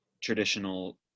traditional